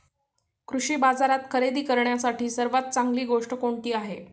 कृषी बाजारात खरेदी करण्यासाठी सर्वात चांगली गोष्ट कोणती आहे?